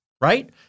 right